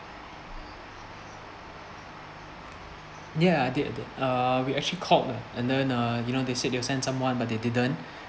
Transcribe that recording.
ya I did I did uh we actually called lah and then uh you know they said they will send someone but they didn't